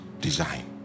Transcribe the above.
design